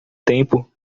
tempo